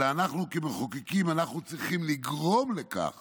אלא אנחנו כמחוקקים צריכים לגרום לכך